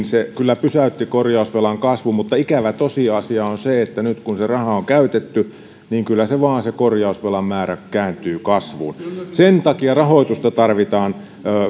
se kyllä pysäytti korjausvelan kasvun mutta ikävä tosiasia on se että nyt kun se raha on käytetty niin kyllä vaan se korjausvelan määrä kääntyy kasvuun sen takia rahoitusta tarvitaan